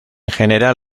general